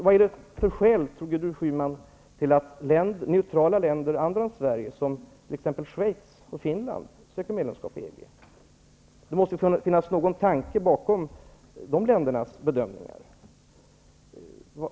Vad är det för skäl som gör att andra neutrala länder -- exempelvis Schweiz och Finland -- söker medlemskap i EG? Det måste finnas någon tanke bakom de ländernas bedömningar.